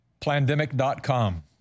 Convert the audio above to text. Plandemic.com